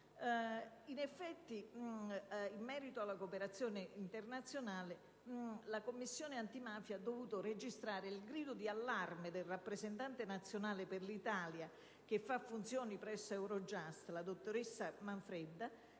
In effetti, in merito alla cooperazione internazionale, la Commissione antimafia ha dovuto registrare il grido di allarme del rappresentante nazionale per l'Italia che fa funzioni presso Eurojust, la dottoressa Manfredda,